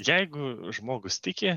jeigu žmogus tiki